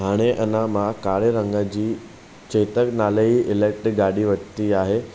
हाणे अञा मां कारे रंग जी चेतक नाले जी इलेक्ट्रिक गाॾी वरिती आहे